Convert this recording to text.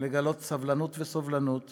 סבלנות וסובלנות